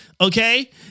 okay